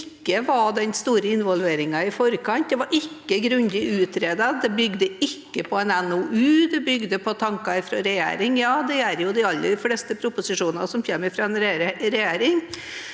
at det ikke var den store involveringen i forkant. Det var ikke grundig utredet, det bygde ikke på en NOU. Det bygde på tanker fra en regjering – ja, det gjør jo de aller fleste proposisjoner som kommer fra en regjering